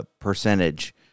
percentage